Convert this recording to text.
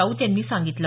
राऊत यांनी सांगितलं